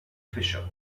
fisher